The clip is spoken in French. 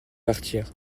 partir